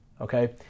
okay